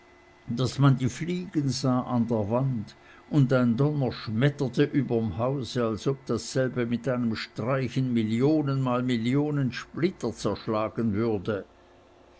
daß man die fliegen sah an der wand und ein donner schmetterte überm hause als ob dasselbe mit einem streich in millionenmal millionen splitter zerschlagen würde